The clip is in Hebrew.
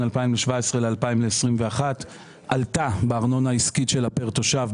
בין אם זה בהליכי התכנון הראשוניים,